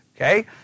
okay